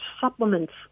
supplements